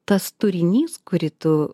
tas turinys kurį tu